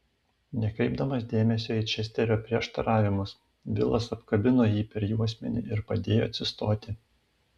nekreipdamas dėmesio į česterio prieštaravimus vilas apkabino jį per juosmenį ir padėjo atsistoti